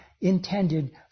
intended